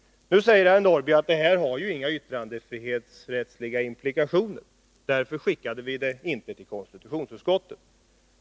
Nu säger herr Norrby att det här har inga yttrandefrihetsrättsliga implikationer, och därför skickade man inte över ärendet till konstitutionsutskottet.